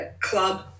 club